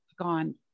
gone